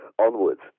onwards